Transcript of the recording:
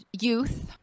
youth